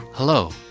Hello